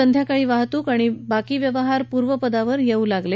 संध्याकाळी वाहतूक आणि व्यवहार पूर्वपदावर येऊ लागले